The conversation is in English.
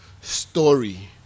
story